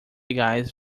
gás